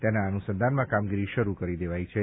તેના અનુસંધાનમાં કામગીરી શરૂ કરી દેવાઈ છે